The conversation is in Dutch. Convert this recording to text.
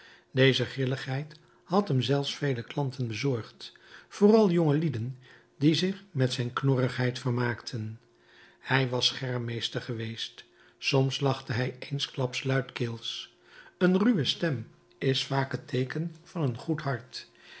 deze grilligheid had hem zelfs vele klanten bezorgd vooral jongelieden die zich met zijn knorrigheid vermaakten hij was schermmeester geweest soms lachte hij eensklaps luidkeels een ruwe stem is vaak het teeken van een goed hart